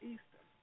Easter